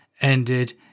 ended